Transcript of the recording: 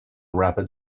rapid